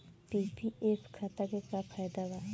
PPF खाता के का फायदा बा?